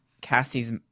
Cassie's